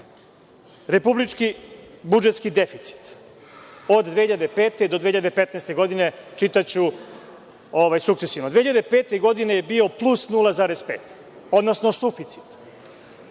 republički budžetski deficit od 2005. do 2015. godine, čitaću sukcesivno, 2005. godine je bio plus 0,5, odnosno suficit,